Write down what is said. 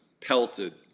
pelted